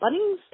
Bunnings